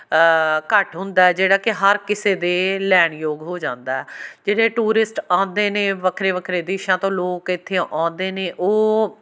ਘੱਟ ਹੁੰਦਾ ਜਿਹੜਾ ਕਿ ਹਰ ਕਿਸੇ ਦੇ ਲੈਣ ਯੋਗ ਹੋ ਜਾਂਦਾ ਜਿਹੜੇ ਟੂਰਿਸਟ ਆਉਂਦੇ ਨੇ ਵੱਖਰੇ ਵੱਖਰੇ ਦੇਸ਼ਾਂ ਤੋਂ ਲੋਕ ਇੱਥੇ ਆਉਂਦੇ ਨੇ ਉਹ